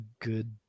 good